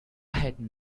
had